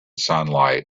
sunlight